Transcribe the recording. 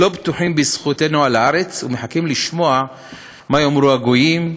לא בטוחים בזכותנו על הארץ ומחכים לשמוע מה יאמרו הגויים,